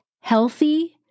healthy